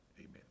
Amen